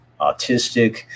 autistic